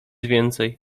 więcej